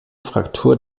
fraktur